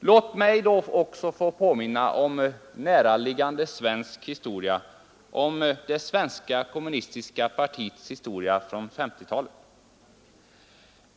Låt mig då påminna om näraliggande svensk historia, om det svenska kommunistiska partiets historia från 1950-talet.